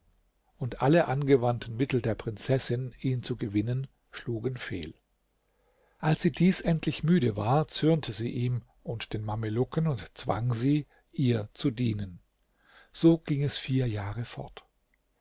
und alle angewandten mittel der prinzessin ihn zu gewinnen schlugen fehl als sie dies endlich müde war zürnte sie ihm und den mamelucken und zwang sie ihr zu dienen so ging es vier jahre fort